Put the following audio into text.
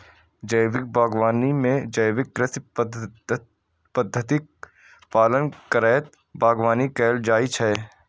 जैविक बागवानी मे जैविक कृषि पद्धतिक पालन करैत बागवानी कैल जाइ छै